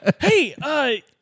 Hey